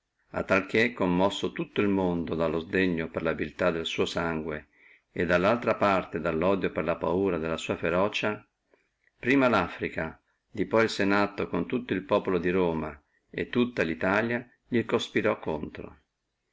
tal che commosso tutto el mondo dallo sdegno per la viltà del suo sangue e dallo odio per la paura della sua ferocia si rebellò prima affrica di poi el senato con tutto el populo di roma e tutta italia li conspirò contro